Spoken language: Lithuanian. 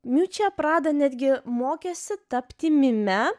miučia prada netgi mokėsi tapti mime